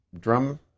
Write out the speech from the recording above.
drum